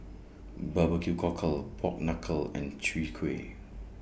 Barbecue Cockle Pork Knuckle and Chwee Kueh